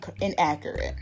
inaccurate